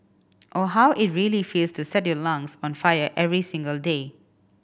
or how it really feels to set your lungs on fire every single day